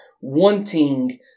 wanting